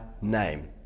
name